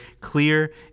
clear